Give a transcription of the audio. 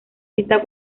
estas